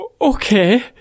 Okay